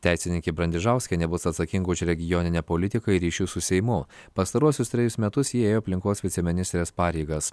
teisininkė brandišauskienė bus atsakinga už regioninę politiką ir ryšių su seimu pastaruosius trejus metus ji ėjo aplinkos viceministrės pareigas